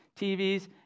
TVs